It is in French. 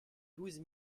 douze